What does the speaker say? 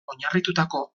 oinarritutako